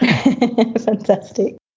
Fantastic